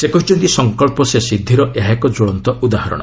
ସେ କହିଛନ୍ତି ସଙ୍କଳ୍ପ ସେ ସିଦ୍ଧି ର ଏହା ଏକ ଜ୍ୱଳନ୍ତ ଉଦାହରଣ